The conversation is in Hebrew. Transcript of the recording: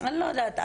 אני לא יודעת,